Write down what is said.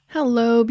Hello